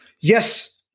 Yes